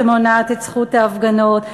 שמונעת את זכות ההפגנות.